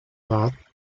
bath